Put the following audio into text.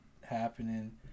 happening